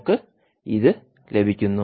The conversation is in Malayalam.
നമുക്ക് ഇത് ലഭിക്കുന്നു